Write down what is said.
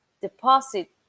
deposit